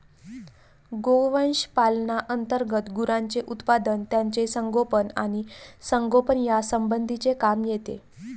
गोवंश पालना अंतर्गत गुरांचे उत्पादन, त्यांचे संगोपन आणि संगोपन यासंबंधीचे काम येते